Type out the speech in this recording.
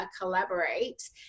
collaborate